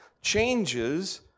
changes